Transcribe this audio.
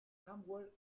somewhere